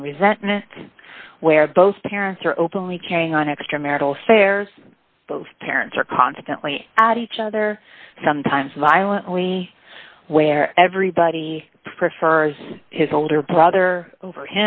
and resentment where both parents are openly carrying on extramarital affairs both parents are constantly adage other sometimes violently where everybody prefers his older brother over